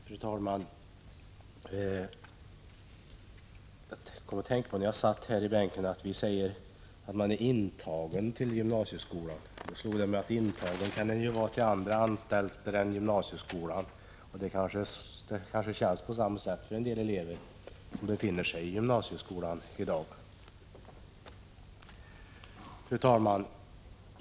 Fru talman! Jag kom att tänka på, när jag satt i bänken, att vi säger att eleverna är intagna till gymnasieskolan. Det slog mig då att man kan vara intagen på andra anstalter än gymnasieskolan — och det kanske känns på samma sätt för en del elever som befinner sig i gymnasieskolan i dag. Fru talman!